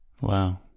Wow